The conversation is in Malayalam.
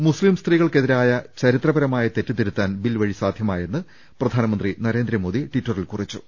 മുസ്ലിം സ്ത്രീകൾക്ക് എതിരായ ചരിത്രപരമായ തെറ്റ് തിരു ത്താൻ ബിൽ വഴി സാധ്യമായെന്ന് പ്രധാനമന്ത്രി നരേന്ദ്രമോദി ടിറ്ററിൽ കുറിച്ചു